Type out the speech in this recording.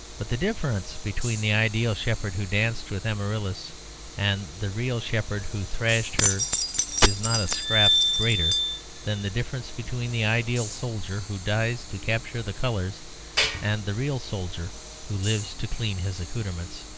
but the difference between the ideal shepherd who danced with amaryllis and the real shepherd who thrashed her is not a scrap greater than the difference between the ideal soldier who dies to capture the colours and the real soldier who lives to clean his accoutrements,